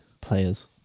players